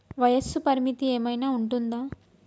వయస్సు పరిమితి ఏమైనా ఉంటుందా?